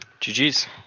GG's